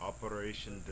Operation